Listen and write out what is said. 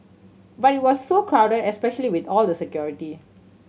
but it was so crowded especially with all the security